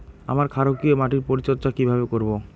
আমি ক্ষারকীয় মাটির পরিচর্যা কিভাবে করব?